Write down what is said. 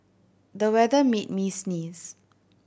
the weather made me sneeze